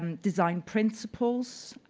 um design principles,